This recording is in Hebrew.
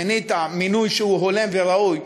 מינית מינוי שהוא הולם וראוי,